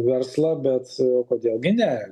verslą bet kodėl gi ne